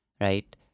Right